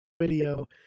video